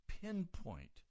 Pinpoint